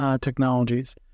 technologies